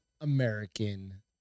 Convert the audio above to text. American